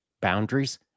boundaries